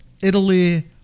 Italy